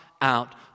out